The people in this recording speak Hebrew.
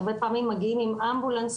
הרבה פעמים מגיעים עם אמבולנס,